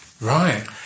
Right